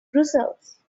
brussels